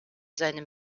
seinem